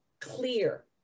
clear